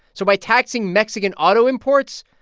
so by taxing mexican auto imports,